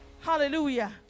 hallelujah